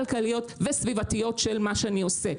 כלכליות וסביבתיות של מה שאני עושה.